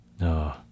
No